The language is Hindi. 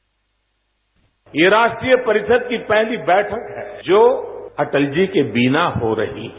बाइट ये राष्ट्रीय परिषद की पहली बैठक है जो अटल जी के बिना हो रही है